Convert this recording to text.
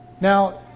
Now